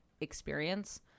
experience